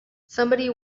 somebody